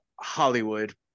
Hollywood